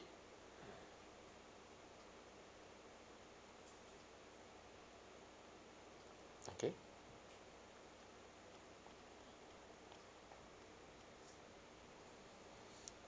okay